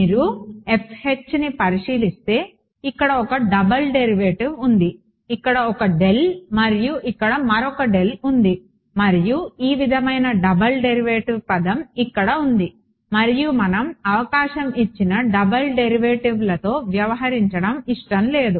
మీరు ని పరిశీలిస్తే ఇక్కడ ఒక డబుల్ డెరివేటివ్ ఉంది ఇక్కడ ఒక డెల్ మరియు ఇక్కడ మరొక డెల్ ఉంది మరియు ఈ విధమైన డబుల్ డెరివేటివ్ పదం ఇక్కడ ఉంది మరియు మనం అవకాశం ఇచ్చిన డబుల్ డెరివేటివ్లతో వ్యవహరించడం ఇష్టం లేదు